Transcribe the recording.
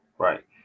Right